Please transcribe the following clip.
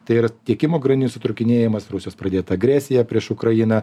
tai ir tiekimo grandinių sutrūkinėjimas rusijos pradėta agresija prieš ukrainą